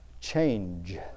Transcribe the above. change